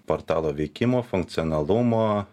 portalo veikimo funkcionalumo